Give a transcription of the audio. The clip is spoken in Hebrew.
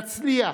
נצליח.